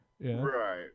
Right